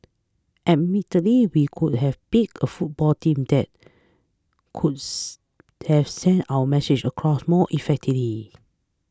admittedly we could have picked a football team that could have sent our message across more effectively